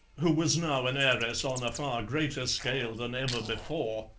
who was now an heiress on a far greater scale than ever before,